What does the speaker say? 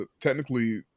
technically